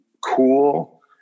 cool